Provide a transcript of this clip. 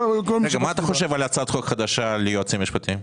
מה אתה חושב על הצעת החוק החדשה ליועצים משפטיים?